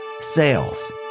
Sales